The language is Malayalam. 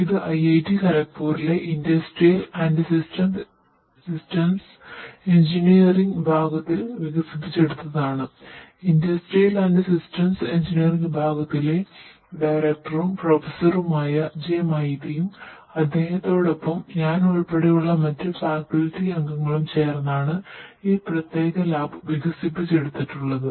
ഇത് ഐഐടി ഖരഗ്പൂരിലെ ഇൻഡസ്ട്രിയൽ ആൻഡ് സിസ്റ്റംസ് എഞ്ചിനീയറിംഗ് വികസിപ്പിച്ചെടുത്തിട്ടുള്ളത്